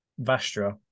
Vastra